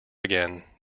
again